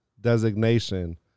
designation